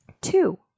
Two